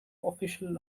official